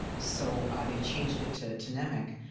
so, they changed it to to nemec.